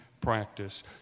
practice